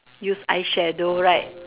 use eye shadow right